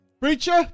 Preacher